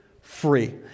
free